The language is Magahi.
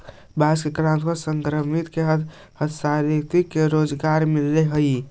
बांस के कलात्मक सामग्रि से हस्तशिल्पि के रोजगार मिलऽ हई